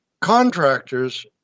contractors